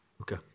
Okay